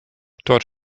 dort